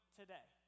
today